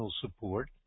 support